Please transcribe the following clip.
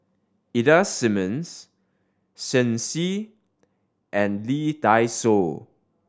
Ida Simmons Shen Xi and Lee Dai Soh